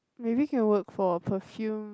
maybe can work for a perfume